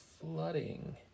flooding